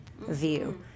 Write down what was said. view